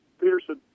Peterson